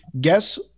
Guess